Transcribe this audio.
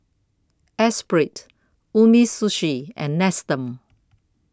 Espirit Umisushi and Nestum